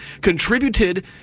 contributed